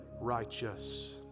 righteous